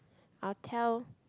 I'll tell